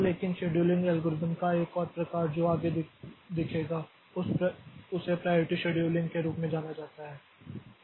तो लेकिन scheduling algorithm का एक और प्रकार जो आगे दिखेगा उसे प्रायोरिटी शेड्यूलिंग के रूप में जाना जाता है